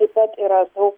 taip pat yra daug